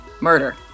Murder